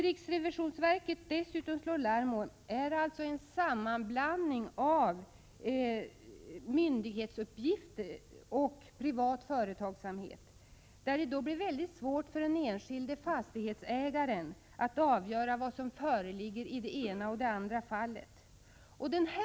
Riksrevisionsverket slår dessutom larm om den sammanblandning som sker av myndighetsuppgifter och privat företagsamhet, där det blir väldigt svårt för den enskilde fastighetsägaren att avgöra vad som föreligger i det ena eller andra fallet.